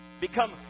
become